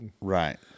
Right